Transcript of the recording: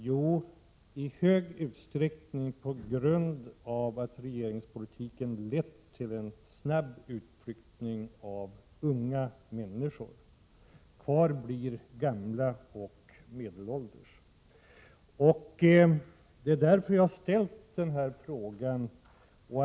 Anledningen till sänkningen är i hög grad den att regeringspolitiken lett till en snabb utflyttning av unga människor. Kvar blir gamla och medelålders personer. Detta är orsaken till att jag har framställt min interpellation.